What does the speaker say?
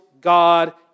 God